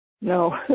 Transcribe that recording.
No